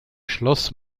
schloss